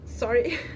Sorry